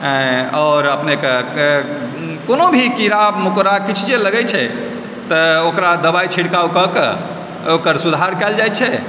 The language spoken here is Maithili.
आओर अपनेक कोनो भी कीड़ा मकोड़ा किछु जे लगैत छै तऽ ओकरा दबाइ छिड़कावकऽ कऽ ओकर सुधार कयल जाइत छै